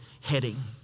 heading